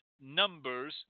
numbers